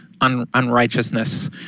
unrighteousness